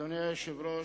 אדוני היושב-ראש,